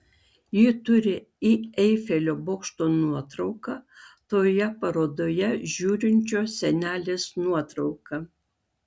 ji turi į eifelio bokšto nuotrauką toje parodoje žiūrinčios senelės nuotrauką